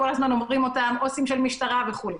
כל הזמן מדברים על עו"סים של משטרה וכו'.